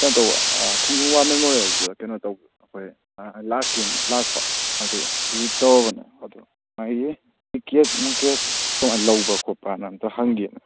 ꯀꯩꯅꯣ ꯇꯧꯕ ꯈꯣꯡꯖꯣꯝ ꯋꯥꯔ ꯃꯦꯃꯣꯔꯤꯌꯦꯜꯗ ꯀꯩꯅꯣ ꯇꯧꯕ ꯑꯩꯈꯣꯏ ꯂꯥꯛꯀꯦꯅ ꯂꯥꯛꯄ ꯑꯗꯣ ꯍꯧꯖꯤꯛ ꯇꯧꯔꯕꯅꯦ ꯑꯗꯣ ꯃꯥꯒꯤ ꯇꯤꯛꯀꯦꯠ ꯅꯨꯡꯀꯦꯠ ꯂꯧꯕ꯭ꯔꯥ ꯈꯣꯠꯄ꯭ꯔꯥꯅ ꯑꯃꯇ ꯍꯪꯒꯦꯅ